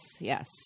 Yes